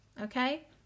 Okay